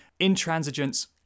intransigence